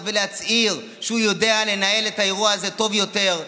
ולהצהיר שהוא יודע לנהל את האירוע הזה טוב יותר,